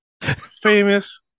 famous